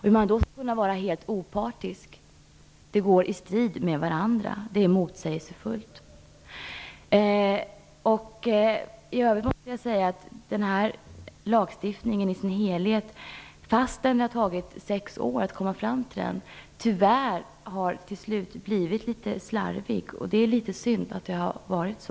Hur man då skall kunna vara helt opartisk är motsägelsefullt. I övrigt måste jag säga att denna lagstiftning i sin helhet, fastän det har tagit sex år att komma fram till den, i slutändan tyvärr har blivit litet slarvig. Det är litet synd att det har blivit så.